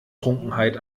trunkenheit